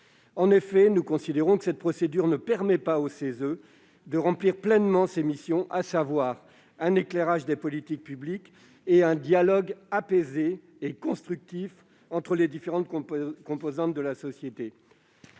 En effet, nous considérons que cette procédure ne permet pas au CESE de remplir pleinement ses missions, à savoir un éclairage des politiques publiques et un dialogue apaisé et constructif entre les différentes composantes de la société.